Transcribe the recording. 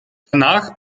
danach